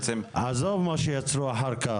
עזוב מה שיצרו אחר כך.